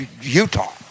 utah